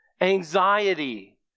anxiety